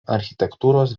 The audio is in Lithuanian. architektūros